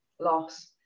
loss